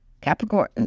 Capricorn